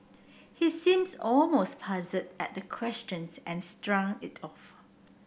he seems almost puzzled at the questions and it off